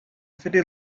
city